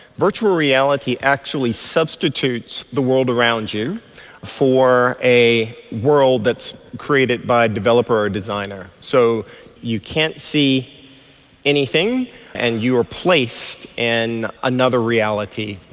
virtual reality actually substitutes the world around you for a world that's created by a developer or a designer. so you can't see anything and you are placed in another reality,